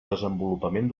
desenvolupament